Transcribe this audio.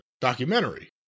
documentary